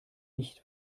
nicht